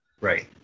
Right